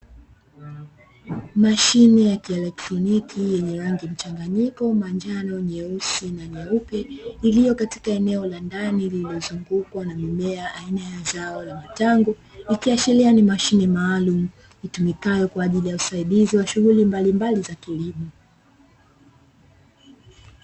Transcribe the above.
Mashine ya kielektroniki yenye rangi mchanganyiko manjano, nyeusi na nyeupe, iliyo katika eneo la ndani lililozungukwa na mimea aina ya zao la matango, ikiashiria ni mashine maalumu itumikayo kwaajili ya usaidizi wa shughuli mbalimbali za kilimo.